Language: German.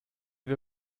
wir